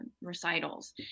recitals